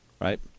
Right